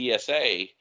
TSA